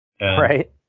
right